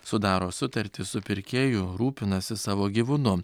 sudaro sutartį su pirkėju rūpinasi savo gyvūnu